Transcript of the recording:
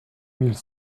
mille